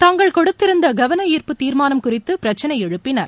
தாங்கள் கொடுத்திருந்த கவன ஈர்ப்பு தீர்மானம் குறித்து பிரச்சினை எழுப்பினர்